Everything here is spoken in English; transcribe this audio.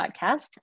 podcast